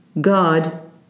God